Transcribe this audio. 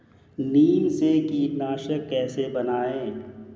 नीम से कीटनाशक कैसे बनाएं?